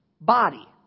body